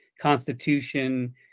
Constitution